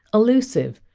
allusive,